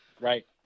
right